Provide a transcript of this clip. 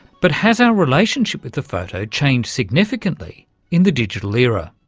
but has our relationship with the photo changed significantly in the digital era?